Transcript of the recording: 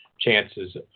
chances